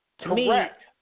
Correct